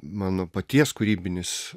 mano paties kūrybinis